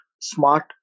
smart